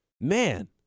man